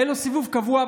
היה לו סיבוב קבוע.